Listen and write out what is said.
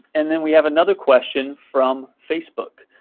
and then we have another question from facebook.